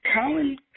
Colin